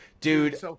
Dude